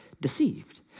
deceived